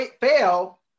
fail